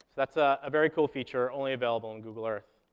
that's a very cool feature, only available in google earth.